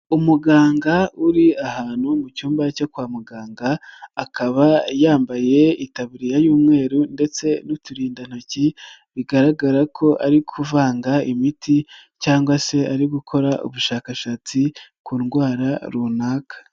Umuganga uri ahantu mu cyumba cyo kwa muganga, akaba yambaye itaburiya y'umweru ndetse n'uturindantoki, bigaragara ko ari kuvanga imiti cyangwa se ari gukora ubushakashatsi ku ndwara runaka.